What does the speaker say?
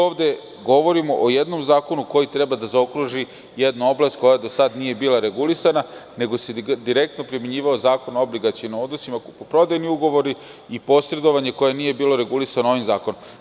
Ovde govorimo o jednom zakonu koji treba da zaokruži jednu oblast koja do sada nije bila regulisana nego se direktno primenjivao Zakon o obligacionim odnosima, kupoprodajni ugovori i posredovanje koje nije bilo regulisano ovim zakonom.